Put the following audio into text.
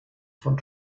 von